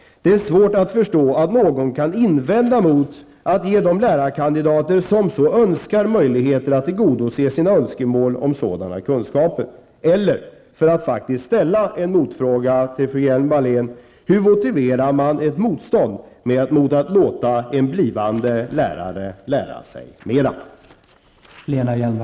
Det är svårt att förstå att någon kan invända mot att ge de lärarkandidater som så önskar möjligheter att tillgodose sina önskemål om sådana kunskaper. Eller, för att faktiskt ställa en motfråga till fru Hjelm-Wallén, hur motiverar man ett motstånd mot att låta en blivande lärare lära sig mera?